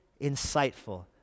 insightful